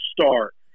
start